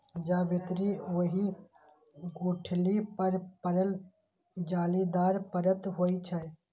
जावित्री ओहि गुठली पर पड़ल जालीदार परत होइ छै